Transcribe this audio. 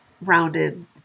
rounded